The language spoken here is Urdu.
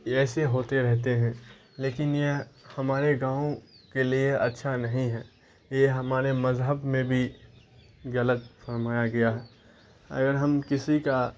یہ ایسے ہوتے رہتے ہیں لیکن یہ ہمارے گاؤں کے لیے اچھا نہیں ہے یہ ہمارے مذہب میں بھی غلط فرمایا گیا اگر ہم کسی کا